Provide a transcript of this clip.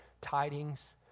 tidings